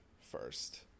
first